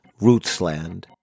Rootsland